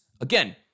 Again